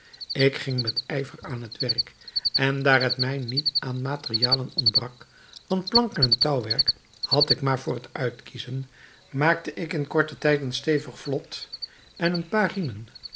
ik ging met ijver aan het werk en daar het mij niet aan materialen ontbrak want planken en touwwerk had ik maar voor het uitkiezen maakte ik in korten tijd een stevig vlot en een paar riemen